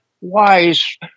wise